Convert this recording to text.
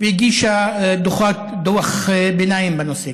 והגישה דוח ביניים בנושא.